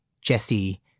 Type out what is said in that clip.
Jesse